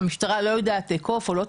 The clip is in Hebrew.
המשטרה תאכוף או לא תאכוף,